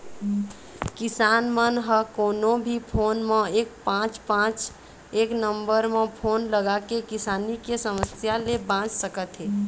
किसान मन ह कोनो भी फोन म एक पाँच पाँच एक नंबर म फोन लगाके किसानी के समस्या ले बाँच सकत हे